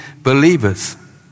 believers